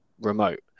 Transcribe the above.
remote